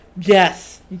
Yes